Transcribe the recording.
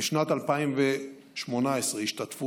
בשנת 2018 השתתפו